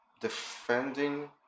defending